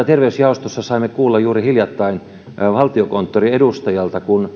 terveysjaostossa saimme kuulla juuri hiljattain valtiokonttorin edustajaa